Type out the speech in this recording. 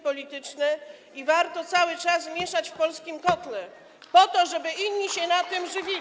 polityczne i warto cały czas mieszać w polskim kotle po to, żeby inni się tym żywili.